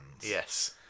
Yes